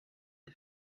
est